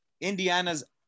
indiana's